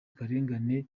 akarengane